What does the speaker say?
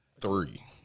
Three